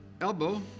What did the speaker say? elbow